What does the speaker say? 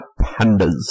pandas